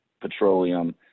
petroleum